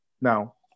Now